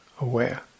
aware